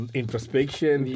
introspection